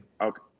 Okay